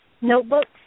notebooks